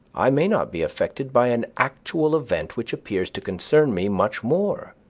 i may not be affected by an actual event which appears to concern me much more.